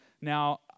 Now